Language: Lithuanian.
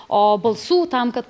o balsų tam kad